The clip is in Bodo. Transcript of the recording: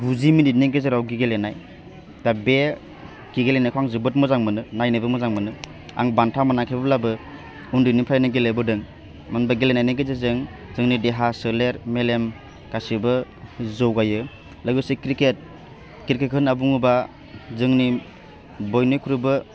गुजि मिनिटनि गेजेराव गेलेनाय दा बे गेलेनायखौ आं जोबोद मोजां मोनो नायनोबो मोजां मोनो आं बान्था मोनाखैब्लाबो उन्दैनिफ्रायनो गेलेबोदों मोनबा गेलेनायनि गेजेरजों जोंनि देहा सोलेर मेलेम गासिबो जौगायो लोगोसे क्रिकेट क्रिकेट होन्ना बुङोबा जोंनि बयनिख्रुइबो